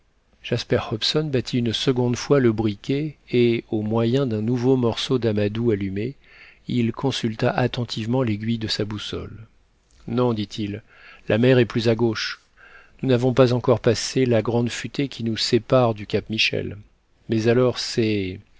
jasper hobson battit une seconde fois le briquet et au moyen d'un nouveau morceau d'amadou allumé il consulta attentivement l'aiguille de sa boussole non dit-il la mer est plus à gauche nous n'avons pas encore passé la grande futaie qui nous sépare du cap michel mais alors c'est